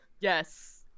Yes